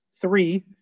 three